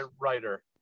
writer